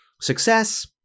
success